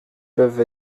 peuvent